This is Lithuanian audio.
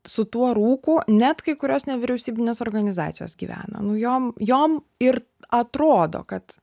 su tuo rūku net kai kurios nevyriausybinės organizacijos gyvena nu jom jom ir atrodo kad